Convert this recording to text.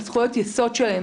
על זכויות יסוד שלהם.